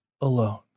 alone